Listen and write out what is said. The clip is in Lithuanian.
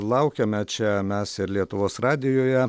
laukiame čia mes ir lietuvos radijuje